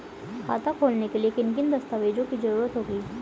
खाता खोलने के लिए किन किन दस्तावेजों की जरूरत होगी?